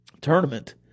tournament